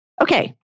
Okay